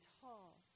tall